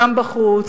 גם בחוץ,